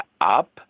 up